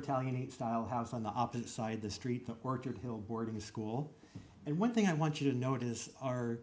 italianate style house on the opposite side of the street or a hill boarding school and one thing i want you to notice are